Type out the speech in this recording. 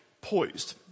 poised